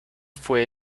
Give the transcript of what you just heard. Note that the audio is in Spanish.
fue